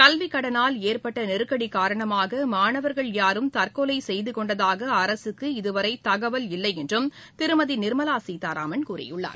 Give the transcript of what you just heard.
கல்விக் கடனால் ஏற்பட்ட நெருக்கடி காரணமாக மாணவர்கள் யாரும் தற்கொலை செய்து கொண்டதாக அரசுக்கு இதுவரை தகவல் இல்லை என்றும் திருமதி நிர்மலா சீதாராமன் கூறியுள்ளார்